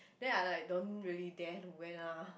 then I like don't really dare to wear lah